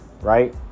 right